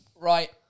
Right